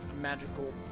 magical